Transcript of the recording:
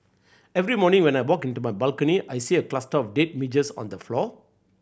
every morning when I walk into my balcony I see a cluster of dead midges on the floor